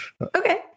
Okay